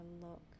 look